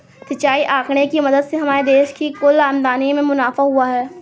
सिंचाई आंकड़े की मदद से हमारे देश की कुल आमदनी में मुनाफा हुआ है